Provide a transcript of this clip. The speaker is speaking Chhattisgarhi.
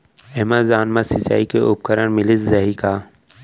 एमेजॉन मा सिंचाई के उपकरण मिलिस जाही का?